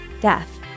death